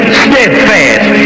steadfast